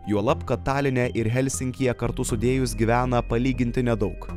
juolab kad taline ir helsinkyje kartu sudėjus gyvena palyginti nedaug